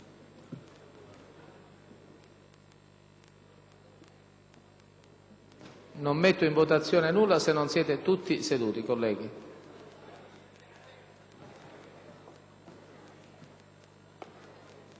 non metto in votazione nulla se non siete tutti seduti. Metto